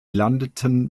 landeten